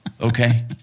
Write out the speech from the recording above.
Okay